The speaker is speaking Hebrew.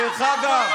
דרך אגב,